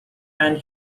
and